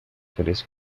feliz